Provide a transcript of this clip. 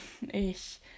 Ich